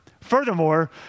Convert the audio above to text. furthermore